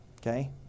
Okay